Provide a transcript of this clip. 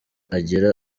agera